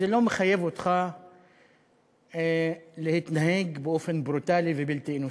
זה לא מחייב אותך להתנהג באופן ברוטלי ובלתי אנושי.